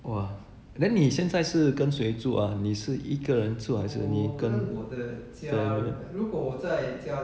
!wah! then 你现在是跟谁住 ah 你是一个人住还是你跟 family